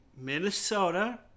Minnesota